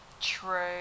true